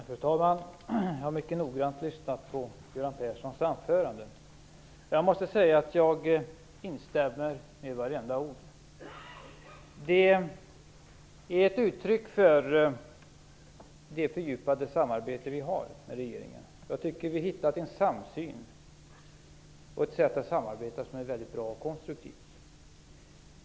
Fru talman! Jag har mycket noggrant lyssnat på Göran Perssons anförande, och jag måste säga att jag instämmer i vartenda ord. Det är ett uttryck för det fördjupade samarbete som vi har med regeringen. Jag tycker att vi har kommit fram till en samsyn och ett sätt att samarbeta som är mycket konstruktivt och bra.